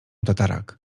tatarak